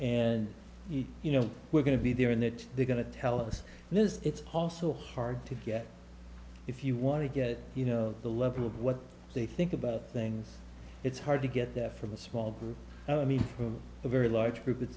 and you know we're going to be there and that they're going to tell us this it's also hard to get if you want to get you know the level of what they think about things it's hard to get there from a small group i mean with a very large group it's